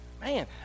Man